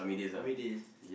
army days